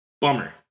bummer